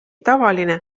tavaline